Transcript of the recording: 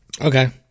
Okay